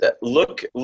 look